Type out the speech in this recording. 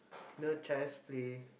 know Child's Play